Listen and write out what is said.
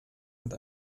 und